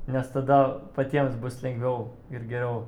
nes tada patiems bus lengviau ir geriau